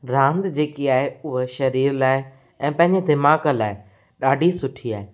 रांदि जेकी आहे उहो शरीर लाइ ऐं पंहिंजे दिमाग़ लाइ ॾाढी सुठी आहे